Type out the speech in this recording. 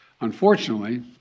Unfortunately